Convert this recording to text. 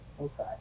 okay